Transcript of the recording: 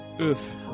Oof